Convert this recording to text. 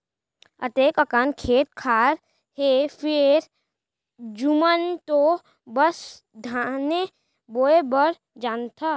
अतेक अकन खेत खार हे फेर तुमन तो बस धाने बोय भर जानथा